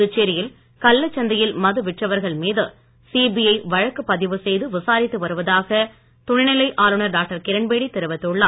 புதுச்சேரியில் கள்ளச் சந்தையில் மது விற்றவர்கள் மீது சிபிஐ வழக்கு பதிவு செய்து விசாரித்து வருவதாக துணைநிலை ஆளுநர் டாக்டர் கிரண் பேடி தெரிவித்துள்ளார்